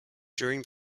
during